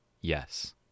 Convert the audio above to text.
Yes